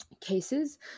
cases